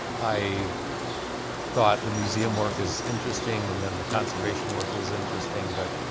i thought, the museum work is interesting, and then the conservation work was interesting, but,